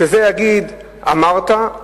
שזה יגיד: אמרת,